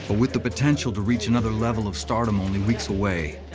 but with the potential to reach another level of stardom only weeks away,